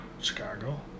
Chicago